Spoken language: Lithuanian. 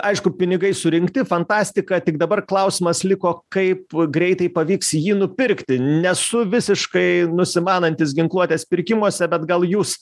aišku pinigai surinkti fantastika tik dabar klausimas liko kaip greitai pavyks jį nupirkti nesu visiškai nusimanantis ginkluotės pirkimuose bet gal jūs